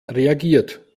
reagiert